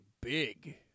big